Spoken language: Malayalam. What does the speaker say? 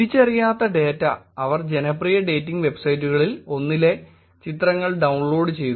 തിരിച്ചറിയാത്ത ഡാറ്റ അവർ ജനപ്രിയ ഡേറ്റിംഗ് വെബ്സൈറ്റുകളിൽ ഒന്നിലെ ചിത്രങ്ങൾ ഡൌൺലോഡ് ചെയ്തു